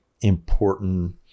important